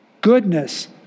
goodness